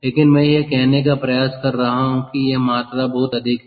लेकिन मैं यह कहने का प्रयास कर रहा हूं कि यह मात्रा बहुत अधिक है